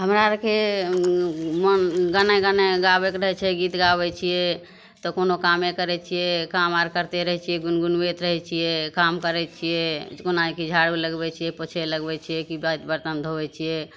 हमरा आरके मोन गाना गाबैक रहै छै गीत गाबै छियै तऽ कोनो कामे करै छियै काम आर करते रहै छियै गुनगुनबैते रहै छियै काम करैत छियै कोनाहुँ कि झाड़ू लगबै छियै पोछे लगबै छियै कि बर्तन धोबै छियै